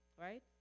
right